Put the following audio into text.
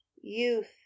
youth